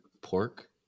pork